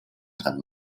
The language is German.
dran